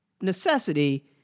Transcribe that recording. necessity